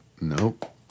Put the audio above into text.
Nope